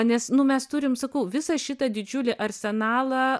nes nu mes turim sakau visą šitą didžiulį arsenalą